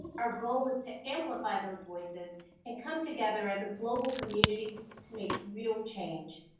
our goal is to amplify those voices and come together as a global community to make real change.